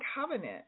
covenant